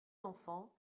enfants